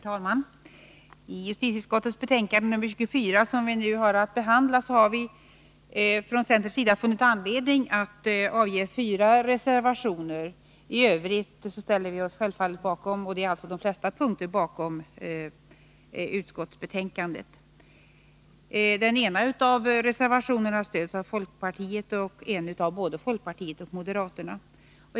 Herr talman! I justitieutskottets betänkande nr 24, som vi nu har att behandla, har vi från centerns sida funnit anledning att avge fyra reservationer. I övrigt, dvs. på de flesta punkter, ställer vi oss självfallet bakom utskottsbetänkandet. Den ena av reservationerna stöds av folkpartiet och en annan av både folkpartiet och moderaterna.